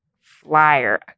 Flyer